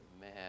man